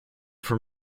from